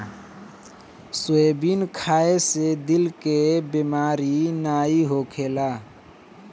soybean खाए से दिल के बेमारी नाइ होखेला